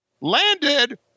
landed